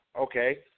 okay